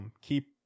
keep